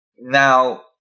Now